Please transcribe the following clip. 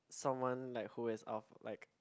someone like who is of like